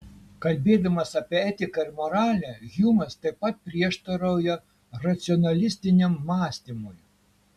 kalbėdamas apie etiką ir moralę hjumas taip pat prieštarauja racionalistiniam mąstymui